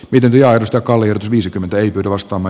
yhdentyä mustakallio s viisikymmentä eli vastaava